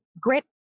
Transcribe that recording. Grit